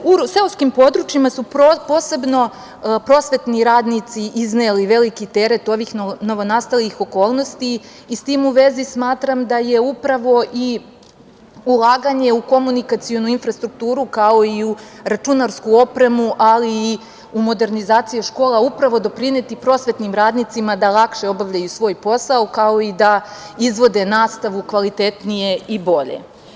U seoskim područjima su posebno prosvetni radnici izneli veliki teret ovih novonastalih okolnosti i s tim u vezi smatram da će upravo i ulaganje u komunikacionu infrastrukturu, kao i u računarsku opremu, ali i u modernizaciju škola, upravo doprineti prosvetnim radnicima da lakše obavljaju svoj posao, kao i da izvode nastavu kvalitetnije i bolje.